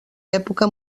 època